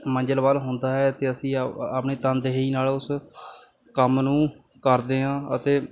ਮੰਜ਼ਿਲ ਵੱਲ ਹੁੰਦਾ ਹੈ ਅਤੇ ਅਸੀਂ ਆ ਆਪਣੇ ਤਨ ਦੇਹੀ ਨਾਲ ਉਸ ਕੰਮ ਨੂੰ ਕਰਦੇ ਹਾਂ ਅਤੇ